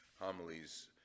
homilies